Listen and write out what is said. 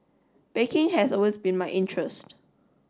baking has always been my interest